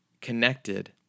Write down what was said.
connected